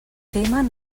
temen